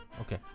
Okay